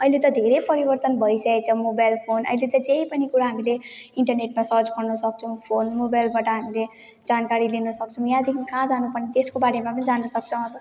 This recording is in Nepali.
अहिले त धेरै परिवर्तन भइसकेको छ मोबाइल फोन अहिले त जे पनि कुरा हामीले इन्टरनेटमा सर्च गर्नसक्छौँ फोन मोबाइलबाट हामीले जानकारी लिन सक्छौँ यहाँदेखि कहाँ जानुपर्ने त्यसको बारेमा पनि जान्न सक्छौँ